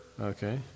okay